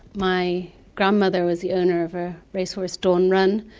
my grandmother was the owner of a racehorse, dawn run,